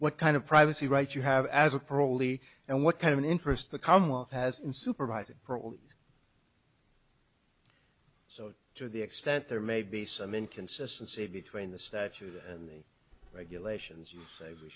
what kind of privacy rights you have as a parolee and what kind of an interest the commonwealth has in supervising parole so to the extent there may be some inconsistency between the statute and the regulations you say we